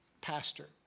pastor